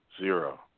Zero